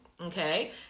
okay